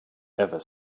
ever